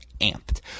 amped